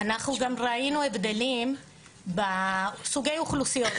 אנחנו גם ראינו הבדלים בסוגי האוכלוסיות.